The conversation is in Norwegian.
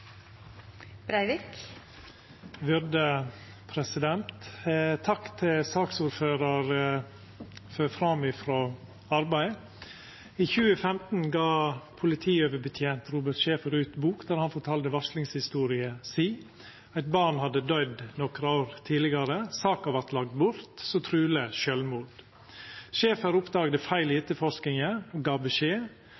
2015 gav politioverbetjent Robin Schaefer ut ei bok der han fortalde varslingshistoria si. Eit barn hadde døydd nokre år tidlegare. Saka vart lagd bort som truleg sjølvmord. Schaefer oppdaga feil